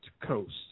coast